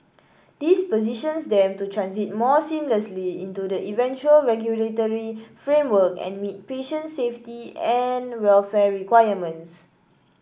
this positions them to transit more seamlessly into the eventual regulatory framework and meet patient safety and welfare requirements